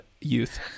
youth